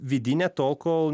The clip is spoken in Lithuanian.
vidinę tol kol